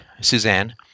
Suzanne